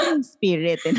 Spirit